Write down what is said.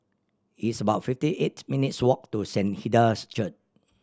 it's about fifty eight minutes' walk to Saint Hilda's Church